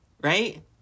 Right